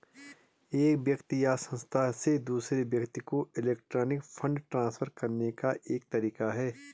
एक व्यक्ति या संस्था से दूसरे व्यक्ति को इलेक्ट्रॉनिक फ़ंड ट्रांसफ़र करने का एक तरीका है